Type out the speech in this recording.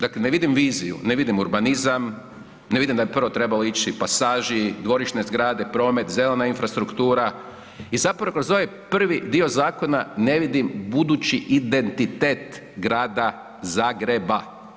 Dakle, ne vidim viziju, ne vidim urbanizam, ne vidim da je prvo trebalo ići pasaži, dvorišne zgrade, promet, zelena infrastruktura i zapravo, kroz ovaj prvi dio zakona ne vidim budući identitet grada Zagreba.